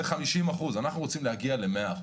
זה 50% ואנחנו רוצים להגיע ל-100%,